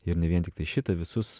ir ne vien tiktai šitą visus